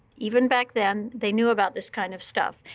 even back then, they knew about this kind of stuff.